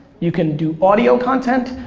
you can do audio content,